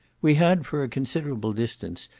we had, for a considerable distance,